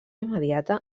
immediata